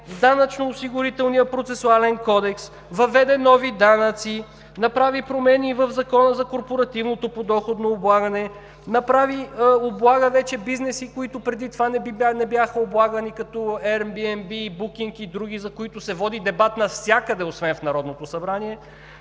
Данъчно-осигурителния процесуален кодекс; въведе нови данъци; направи промени в Закона за корпоративното подоходно облагане; облага вече бизнеси, които преди това не бяха облагани, като Airbnb и Booking, и други, за които се води дебат навсякъде, освен в Народното събрание;